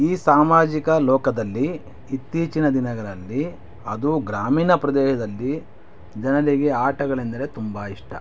ಈ ಸಾಮಾಜಿಕ ಲೋಕದಲ್ಲಿ ಇತ್ತೀಚಿನ ದಿನಗಳಲ್ಲಿ ಅದು ಗ್ರಾಮೀಣ ಪ್ರದೇಶದಲ್ಲಿ ಜನರಿಗೆ ಆಟಗಳೆಂದರೆ ತುಂಬ ಇಷ್ಟ